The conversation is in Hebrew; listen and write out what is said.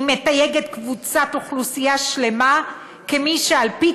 היא מתייגת קבוצת אוכלוסייה שלמה כמי שעל פי